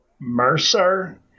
Mercer